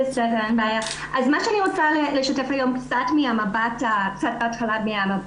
אני רוצה לשתף היום קצת מהמבט הבין-לאומי.